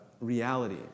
reality